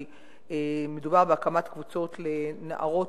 כי מדובר בהקמת קבוצות לנערות,